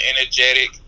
energetic